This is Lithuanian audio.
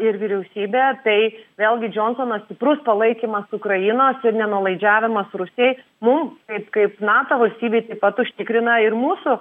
ir vyriausybė tai vėlgi džonsono stiprus palaikymas ukrainos ir nenuolaidžiavimas rusijai mums kaip kaip nato valstybei taip pat užtikrina ir mūsų